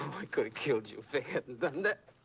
i could've killed you, if they hadn't done that.